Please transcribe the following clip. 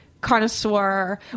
connoisseur